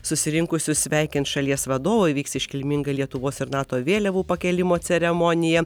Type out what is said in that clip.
susirinkusius sveikins šalies vadovai vyks iškilminga lietuvos ir nato vėliavų pakėlimo ceremonija